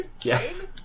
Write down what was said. Yes